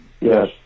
Yes